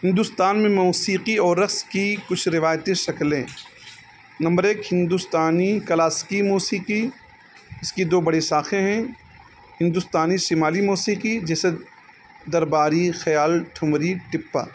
ہندوستان میں موسیقی اور رقص کی کچھ روایتی شکلیں نمبر ایک ہندوستانی کلاسکی موسیقی اس کی دو بڑے شاخیں ہیں ہندوستانی شمالی موسیقی جیسے درباری خیال ٹھمری ٹپا